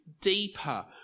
deeper